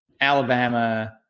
Alabama